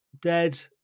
dead